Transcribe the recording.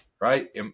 Right